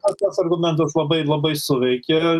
ar tas argumentas labai labai suveikė